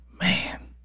man